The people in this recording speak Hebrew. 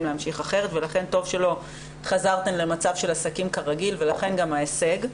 להמשיך אחרת ולכן טוב שלא חזרתן למצב של עסקים כרגיל ולכן גם ההישג,